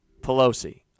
Pelosi